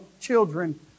children